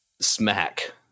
Smack